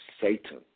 Satan